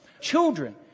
Children